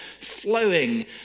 flowing